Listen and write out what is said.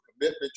commitment